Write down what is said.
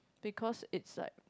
because is like